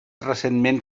recentment